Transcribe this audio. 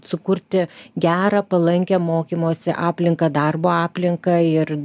sukurti gerą palankią mokymosi aplinką darbo aplinką ir